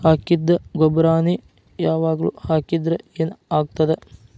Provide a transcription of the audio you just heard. ಹಾಕಿದ್ದ ಗೊಬ್ಬರಾನೆ ಯಾವಾಗ್ಲೂ ಹಾಕಿದ್ರ ಏನ್ ಆಗ್ತದ?